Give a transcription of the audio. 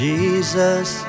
Jesus